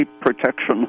protection